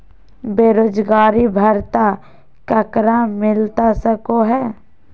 बेरोजगारी भत्ता ककरा मिलता सको है?